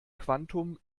quantum